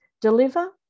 Deliver